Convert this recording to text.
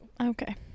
Okay